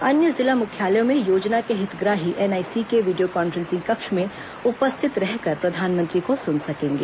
अन्य जिला मुख्यालयों में योजना के हितग्राही एनआईसी के वीडियो कॉन्फ्रेंसिंग कक्ष में उपस्थित रहकर प्रधानमंत्री को सुन सकेंगे